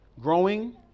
growing